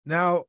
Now